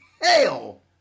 hell